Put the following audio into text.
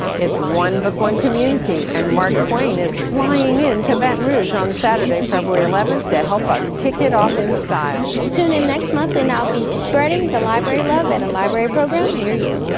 it's one book one community, and mark twain is flying in to baton rouge on saturday february eleven, to help us kick it off in style. tune in next month and i'll be spreading the library love at a library program near you.